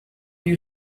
you